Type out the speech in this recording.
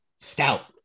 stout